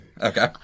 Okay